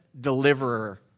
deliverer